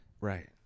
Right